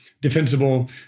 defensible